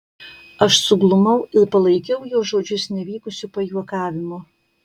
aš suglumau ir palaikiau jo žodžius nevykusiu pajuokavimu